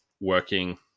working